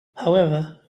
however